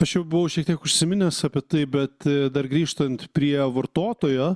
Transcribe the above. aš jau buvau šiek tiek užsiminęs apie tai bet dar grįžtant prie vartotojo